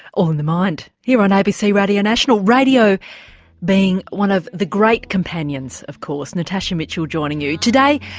all in the mind here on abc radio national, radio being one of the great companions of course natasha mitchell joining you. today,